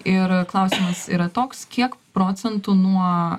ir klausimas yra toks kiek procentų nuo